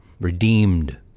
redeemed